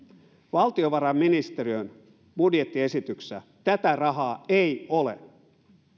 valtiovarainministeriön budjettiesityksessä tätä rahaa ei ole